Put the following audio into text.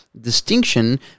distinction